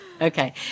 Okay